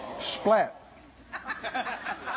splat